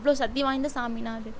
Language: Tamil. அவ்வளோ சக்தி வாய்ந்த சாமிண்ணா அது